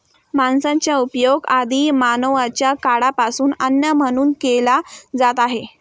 मांसाचा उपयोग आदि मानवाच्या काळापासून अन्न म्हणून केला जात आहे